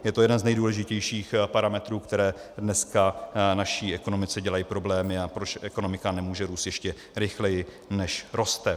Je to jeden z nejdůležitějších parametrů, které dneska naší ekonomice dělají problémy, a proč ekonomika nemůže růst ještě rychleji, než roste.